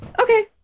Okay